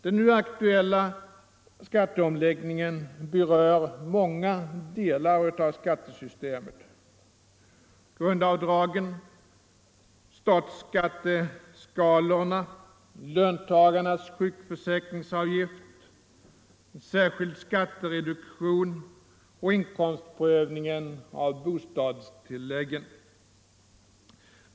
Den nu aktuella skatteomläggningen berör många delar av skattesystemet: grundavdragen, statsskatteskalorna, löntagarnas sjukförsäkringsavgift, särskild skattereduktion och inkomstprövningen av bostadstilläggen.